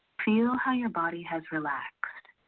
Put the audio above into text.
feel how your body has relaxed.